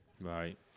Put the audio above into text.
Right